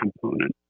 component